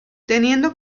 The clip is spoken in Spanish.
teniendo